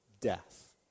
death